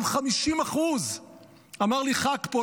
אם 50% אמר לי חה"כ פה,